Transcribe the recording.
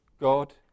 God